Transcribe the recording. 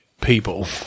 people